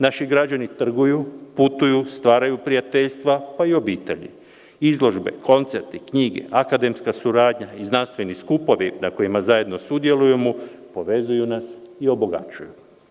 Naši građani trguju, putuju, stvaraju prijateljstva pa i obitelji, izložbe, koncerti, knjige, akademska suradnja i znanstveni skupovi na kojima zajedno sudjelujemo povezuju nas i obogaćuju.